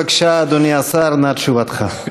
בבקשה, אדוני השר, נא תשובתך.